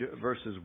verses